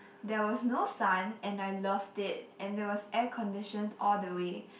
there was no sun and I loved it and there was air conditioned all the way